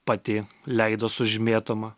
pati leidos užmėtoma